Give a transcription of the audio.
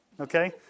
okay